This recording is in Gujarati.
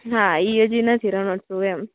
હા ઈ હજી નથી રણોત્સવને એમ